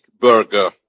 burger